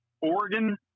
Oregon